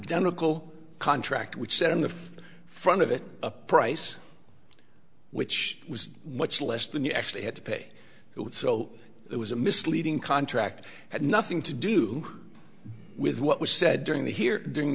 general contract which said on the front of it a price which was much less than you actually had to pay it with so it was a misleading contract had nothing to do with what was said during the hear during